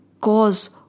cause